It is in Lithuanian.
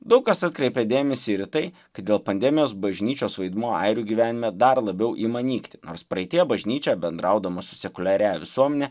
daug kas atkreipė dėmesį ir tai kad dėl pandemijos bažnyčios vaidmuo airių gyvenime dar labiau ima nykti nors praeityje bažnyčia bendraudama su sekuliaria visuomene